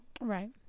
right